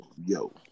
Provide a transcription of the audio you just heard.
Yo